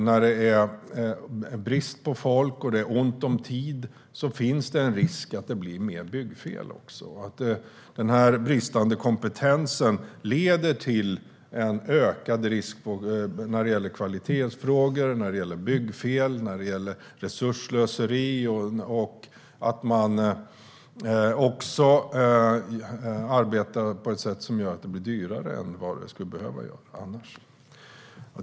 När det är brist på folk och ont om tid finns det en risk att det blir mer byggfel. Den bristande kompetensen leder till en ökad risk vad gäller kvalitetsfrågor, byggfel, resursslöseri och att man arbetar på ett sätt som gör att det blir dyrare än det annars skulle bli.